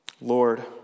Lord